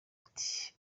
ati